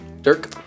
Dirk